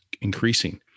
increasing